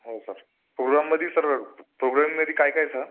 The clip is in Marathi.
हो सर पोग्राममध्ये सर प्रोग्रॅममध्ये काय काय आय स